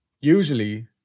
Usually